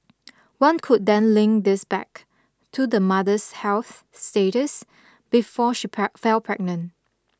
one could then link this back to the mother's health status before she pell fell pregnant